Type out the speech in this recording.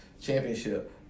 championship